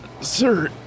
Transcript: Sir